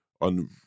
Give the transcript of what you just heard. on